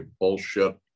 bullshit